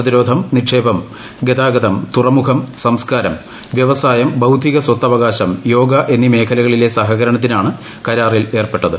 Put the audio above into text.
പ്രതിരോധം നിക്ഷേപം ഗതാഗതം തുറമുഖം സംസ്കാരം വ്യവസായം ബൌദ്ധിക സ്വത്ത് അവകാശം യോഗ എന്നീ മേഖലകളിലെ സഹകരണത്തിനാണ് കരാറിൽ ഏർപ്പെട്ടത്